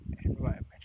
environment